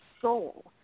soul